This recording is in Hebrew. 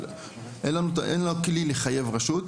אין לנו אין לנו כלי לחייב רשות,